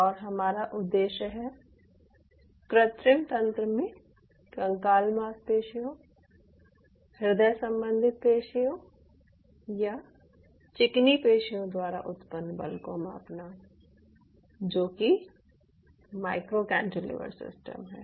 और हमारा उद्देश्य है कृत्रिम तंत्र में कंकाल मांसपेशियों हृदय सम्बंधित पेशियों या चिकनी पेशियों द्वारा उत्पन्न बल को मापना जो कि माइक्रो कैंटीलिवर सिस्टम है